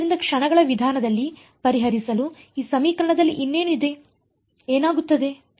ಆದ್ದರಿಂದ ಕ್ಷಣಗಳ ವಿಧಾನದಲ್ಲಿ ಪರಿಹರಿಸಲು ಈ ಸಮೀಕರಣದಲ್ಲಿ ಇನ್ನೇನು ಇದೆ ಏನಾಗುತ್ತದೆ